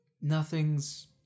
nothing's